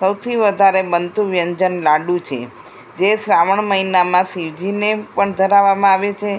સૌથી વધારે બનતું વ્યંજન લાડુ છે જે શ્રાવણ મહિનામાં શિવજીને પણ ધરાવવામાં આવે છે